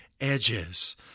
Edges